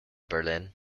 berlin